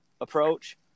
approach